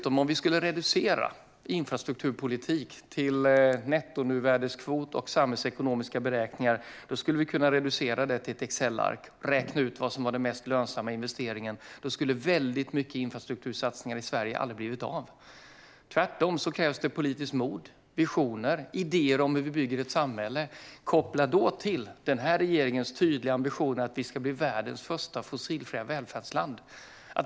Om vi skulle reducera infrastrukturpolitik till nettonuvärdeskvot och samhällsekonomiska beräkningar skulle vi kunna reducera det till ett Excelark och räkna ut vad som var den mest lönsamma investeringen. Då skulle väldigt många infrastruktursatsningar i Sverige aldrig ha blivit av. Tvärtom krävs det politiskt mod, visioner och idéer om hur vi bygger ett samhälle. Till det ska man koppla regeringens tydliga ambition om att vi ska bli världens första fossilfria välfärdsland.